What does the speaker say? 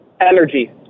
Energy